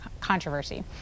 controversy